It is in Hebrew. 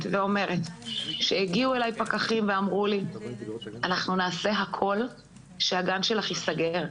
ואומרת שהגיעו אלי פקחים ואמרו לי: אנחנו נעשה הכול שהגן שלך ייסגר,